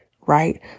right